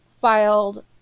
filed